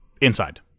Inside